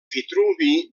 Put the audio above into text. vitruvi